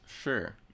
Sure